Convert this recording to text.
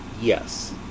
Yes